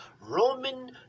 Roman